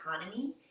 economy